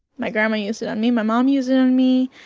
my grandma used it on me. my mom used it on me.